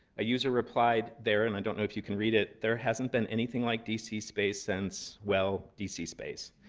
a user replied there, and i don't know if you can read it, there hasn't been anything like d c. space since, well, d c. space.